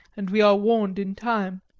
and we are warned in time.